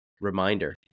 reminder